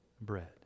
bread